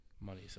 money